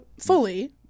fully